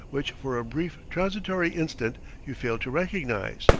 which for a brief transitory instant you failed to recognize,